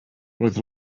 roedd